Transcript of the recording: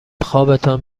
خوابتان